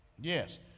Yes